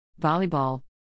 Volleyball